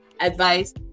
advice